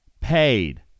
paid